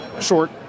short